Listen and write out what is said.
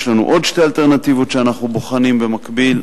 יש לנו עוד שתי אלטרנטיבות שאנחנו בוחנים במקביל,